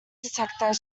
detector